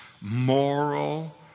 moral